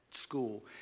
school